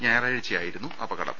ഞായറാഴ്ചയായിരുന്നു അപകടം